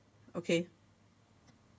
okay